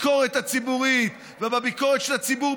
בביקורת הציבורית ובביקורת של הציבור,